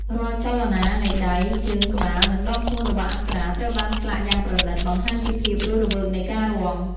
រាល់ចលនានៃដៃ ជើង ក្បាល និងដងខ្លួនរបស់អប្សរា ត្រូវបានឆ្លាក់យ៉ាងប្រណីត បង្ហាញពីភាពរស់រវើកនៃការរាំ។